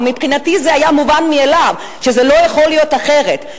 ומבחינתי זה היה מובן מאליו שזה לא יכול להיות אחרת.